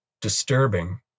disturbing